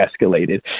escalated